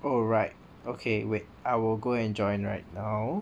alright okay wait I will go and join right now